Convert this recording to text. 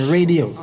Radio